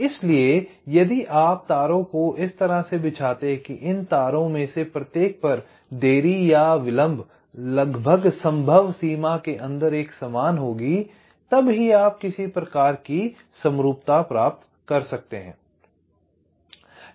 इसलिए यदि आप तारों को इस तरह से बिछाते हैं कि इन तारों में से प्रत्येक पर देरी या विलंब लगभग संभव सीमा के अंदर एक समान होगी तब ही आप किसी प्रकार की समरूपता प्राप्त कर सकते हैं